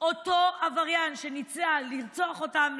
אותו עבריין שניסה לרצוח אותן,